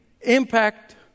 impact